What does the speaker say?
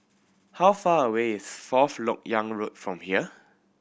how far away is Fourth Lok Yang Road from here